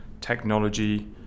technology